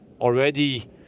already